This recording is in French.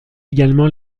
également